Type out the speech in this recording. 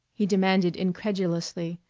he demanded incredulously,